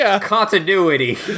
continuity